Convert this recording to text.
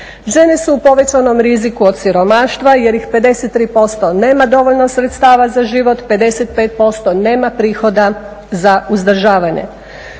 Žene su u povećanom riziku od siromaštva jer ih 53% nema dovoljno sredstava za život, 55% nema prihoda za uzdržavane.